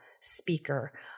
speaker